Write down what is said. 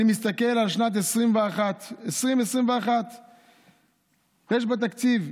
אני מסתכל על שנת 2021-2020. יש בתקציב,